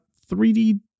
3d